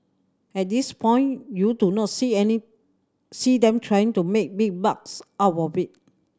at this point you do not see any see them trying to make big bucks out of it